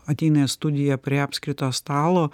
ateina į studiją prie apskrito stalo